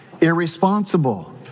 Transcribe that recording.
irresponsible